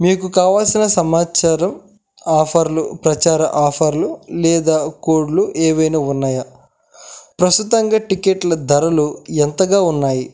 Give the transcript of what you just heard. మీకు కావాల్సిన సమాచారం ఆఫర్లు ప్రచార ఆఫర్లు లేదా కోడ్లు ఏవైనా ఉన్నాయా ప్రస్తుతంగా టిక్కెట్ల ధరలు ఎంతగా ఉన్నాయి